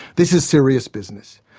this is serious business,